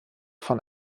von